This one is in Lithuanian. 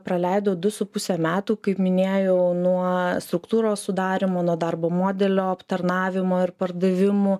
praleidau du su puse metų kaip minėjau nuo struktūros sudarymo nuo darbo modelio aptarnavimo ir pardavimų